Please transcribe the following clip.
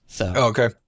Okay